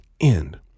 end